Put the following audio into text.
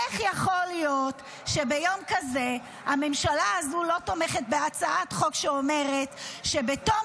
איך יכול להיות שביום כזה הממשלה הזו לא תומכת בהצעת חוק שאומרת שבתום